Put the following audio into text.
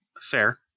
Fair